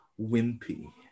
wimpy